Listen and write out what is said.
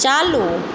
चालू